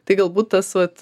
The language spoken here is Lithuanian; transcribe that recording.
tai galbūt tas vat